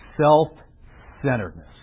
self-centeredness